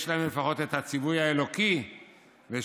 יש להם לפחות את הציווי האלוקי ושובתים